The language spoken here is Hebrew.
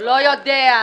לא יודע.